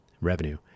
revenue